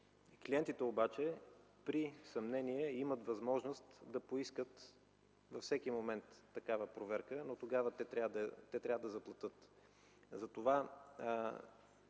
Клиентите обаче при съмнение имат възможност да поискат във всеки момент такава проверка, но тогава те трябва да заплатят